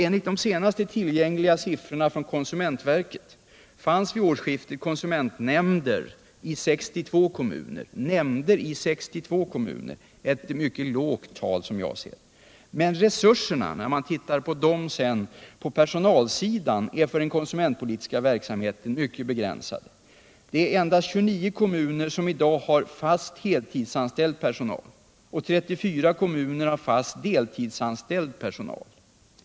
Enligt de senast tillgängliga siffrorna från konsumentverket fanns det vid årsskiftet konsumentnämnder i 62 kommuner — ett mycket lågt tal, som jag ser det. Resurserna på personalsidan för den konsumentpolitiska verksamheten är mycket begränsade. Endast 29 kommuner har i dag fast heltidsanställd personal, och 34 kommuner har fast deltidsanställd personal.